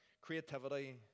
creativity